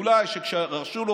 אולי שכשהרשו לו,